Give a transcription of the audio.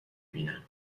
بینم